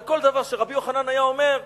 וכל דבר שרבי יוחנן היה אומר,